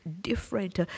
different